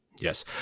Yes